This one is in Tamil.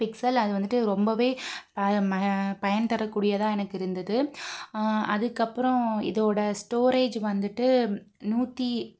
பிக்சல் அது வந்துட்டு ரொம்பவே ம பயன் தரக்கூடியதாக எனக்கு இருந்தது அதுக்கப்புறம் இதோடய ஸ்டோரேஜ் வந்துட்டு நூற்றி